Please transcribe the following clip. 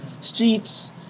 streets